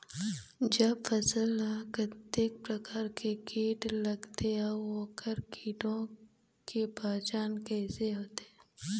जब फसल ला कतेक प्रकार के कीट लगथे अऊ ओकर कीटों के पहचान कैसे होथे?